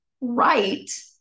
right